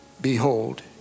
Behold